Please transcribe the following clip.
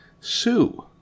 sue